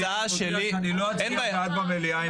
אני מודיע שאני לא אצביע בעד במליאה.